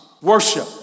worship